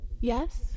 Yes